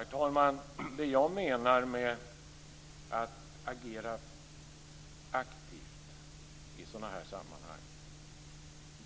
Herr talman! Det jag menar med att agera aktivt i sådana här sammanhang